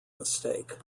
mistake